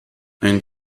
ein